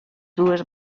dues